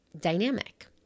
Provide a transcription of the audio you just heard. dynamic